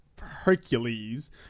Hercules